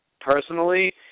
personally